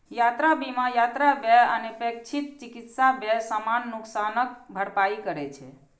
यात्रा बीमा यात्रा व्यय, अनपेक्षित चिकित्सा व्यय, सामान नुकसानक भरपाई करै छै